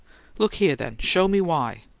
look here, then show me why.